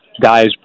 guys